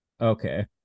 Okay